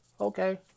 okay